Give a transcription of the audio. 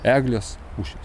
eglės pušys